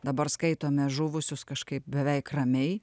dabar skaitome žuvusius kažkaip beveik ramiai